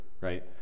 right